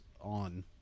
on